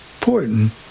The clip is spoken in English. important